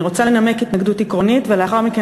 אני רוצה לנמק התנגדות עקרונית ולאחר מכן